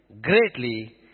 greatly